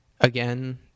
again